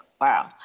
Wow